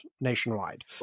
nationwide